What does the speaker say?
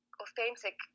authentic